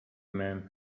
men